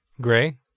Gray